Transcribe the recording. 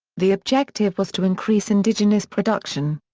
the objective was to increase indigenous production.